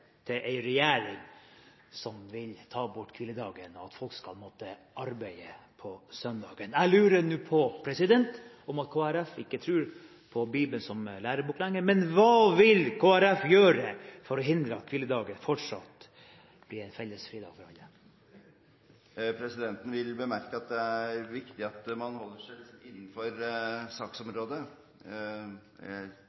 til en regjering som vil ta bort hviledagen, slik at folk skal måtte arbeide på søndagen. Jeg lurer nå på om Kristelig Folkeparti ikke tror på Bibelen som lærebok lenger. Men hva vil Kristelig Folkeparti gjøre for å hindre at hviledagen ikke fortsatt blir en felles fridag for alle? Presidenten vil bemerke at det er viktig at man holder seg innenfor